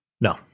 No